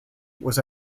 was